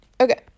Okay